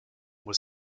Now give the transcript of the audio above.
was